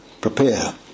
prepare